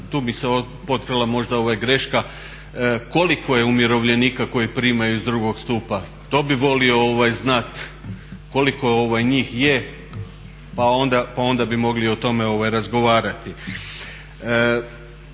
tu bi se potkrala možda greška. Koliko je umirovljenika koji primaju iz drugog stupa, to bih volio znat, koliko njih je pa onda bi mogli o tome razgovarati.